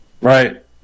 Right